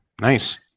Nice